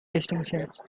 destinations